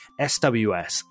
sws